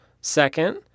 Second